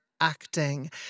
acting